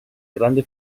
grande